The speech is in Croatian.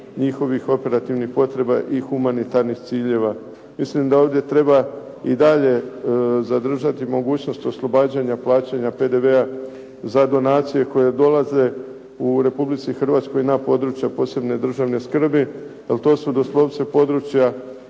njihovih operativnih potreba i humanitarnih ciljeva. Mislim da ovdje treba i dalje zadržati mogućnost oslobađanja plaćanja PDV-a za donacije koje dolaze u Republici Hrvatskoj na područjima posebne državne skrbi, ali to su doslovce područja